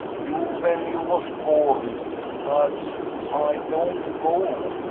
you ven you vas born but ay don't go.